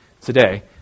today